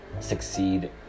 succeed